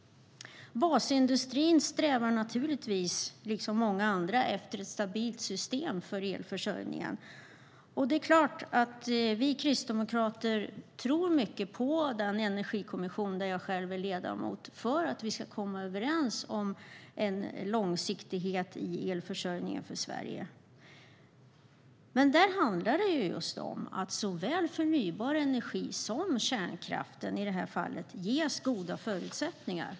Basindustrin, liksom många andra, strävar naturligtvis efter ett stabilt system för elförsörjningen. Vi kristdemokrater tror mycket på den energikommission där jag själv är ledamot för att man ska komma överens om en långsiktighet i Sveriges elförsörjning. Där handlar det om att såväl förnybar energi som kärnkraft ges goda förutsättningar.